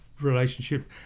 relationship